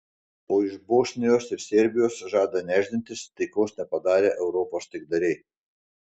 o iš bosnijos ir serbijos žada nešdintis taikos nepadarę europos taikdariai